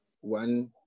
one